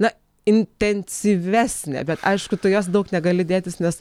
na intensyvesnė bet aišku tu jos daug negali dėtis nes